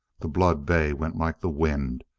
the blood-bay went like the wind,